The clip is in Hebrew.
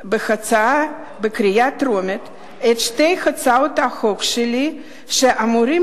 בהצבעה בקריאה טרומית את שתי הצעות החוק שלי שהיו אמורות